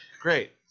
great